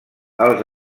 als